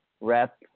rep